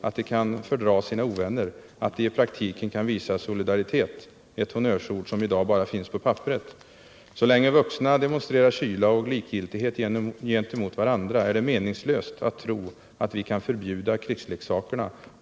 Att de kan fördra sina ovänner. Att de i praktiken kan visa solidaritet . Så länge vuxna demonstrerar kyla och likgiltighet gentemot varandra är det meningslöst att tro att vi kan förbjuda krigslekarna.